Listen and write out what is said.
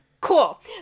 Cool